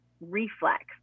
reflex